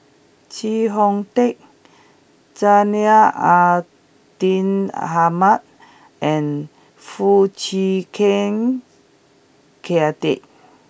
Chee Hong Tat Zainal Abidin Ahmad and Foo Chee Keng Cedric